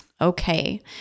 Okay